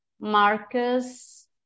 Marcus